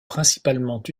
principalement